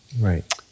Right